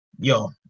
yo